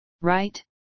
right